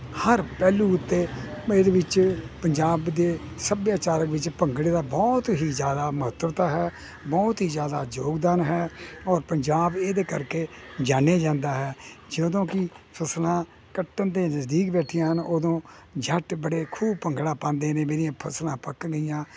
ਹਰ ਪਹਿਲੂ ਉੱਤੇ ਇਹਦੇ ਵਿੱਚ ਪੰਜਾਬ ਦੇ ਸੱਭਿਆਚਾਰਕ ਵਿੱਚ ਭੰਗੜੇ ਦੀ ਬਹੁਤ ਹੀ ਜ਼ਿਆਦਾ ਮਹੱਤਵਤਾ ਹੈ ਬਹੁਤ ਹੀ ਜ਼ਿਆਦਾ ਯੋਗਦਾਨ ਹੈ ਔਰ ਪੰਜਾਬ ਇਹਦੇ ਕਰਕੇ ਜਾਨਿਆ ਜਾਂਦਾ ਹੈ ਜਦੋਂ ਕਿ ਫਸਲਾਂ ਕੱਟਣ ਦੇ ਨਜ਼ਦੀਕ ਬੈਠੀਆਂ ਹਨ ਉਦੋਂ ਜੱਟ ਬੜੇ ਖੂਬ ਭੰਗੜਾ ਪਾਉਂਦੇ ਨੇ ਮੇਰੀਆਂ ਫਸਲਾਂ ਪੱਕ ਗਈਆਂ